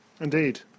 indeed